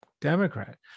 Democrat